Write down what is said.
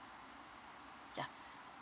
ya